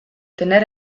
tener